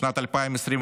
בשנת 2025,